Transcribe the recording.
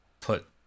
put